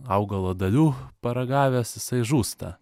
augalo dalių paragavęs jisai žūsta